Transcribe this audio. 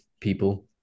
people